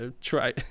try